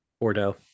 Bordeaux